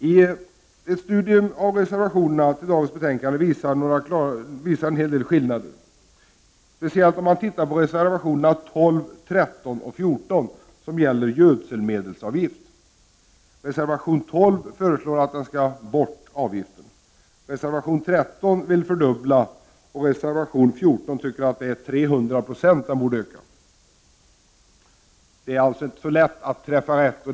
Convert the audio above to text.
Vid ett studium av reservationerna i dagens betänkande upptäcker man en hel del skillnader, speciellt beträffande reservationerna 12, 13 och 14 som gäller gödselmedelsavgiften. I reservation 12 föreslås att avgiften skall tas bort. I reservation 13 säger man att man vill fördubbla avgiften. I reservation 14 tycker man att avgiften borde öka med 300 96. Det är alltså inte så lätt att träffa rätt.